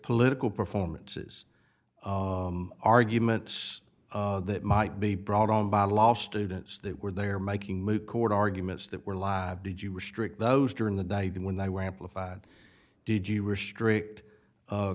political performances arguments that might be brought on by law students that were there making moot court arguments that were live did you restrict those during the day when they were amplified did you restrict